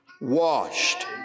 washed